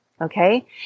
Okay